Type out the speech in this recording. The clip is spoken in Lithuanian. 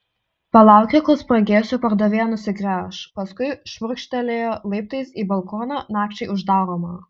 palaukė kol spragėsių pardavėja nusigręš paskui šmurkštelėjo laiptais į balkoną nakčiai uždaromą